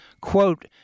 quote